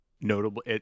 notable